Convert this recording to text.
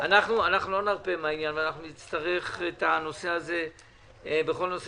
אנחנו לא נרפה מהעניין ונצטרך את הנושא הזה וכל נושא